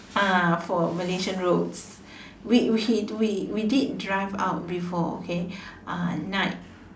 ah for Malaysian roads we we we we did drive out before okay uh night